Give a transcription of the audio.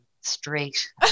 straight